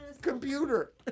computer